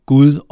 Gud